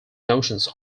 notions